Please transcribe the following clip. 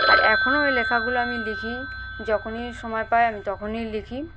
আর এখনও ওই লেখাগুলো আমি লিখি যখনই সময় পাই আমি তখনই লিখি